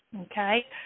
okay